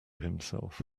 himself